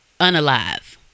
unalive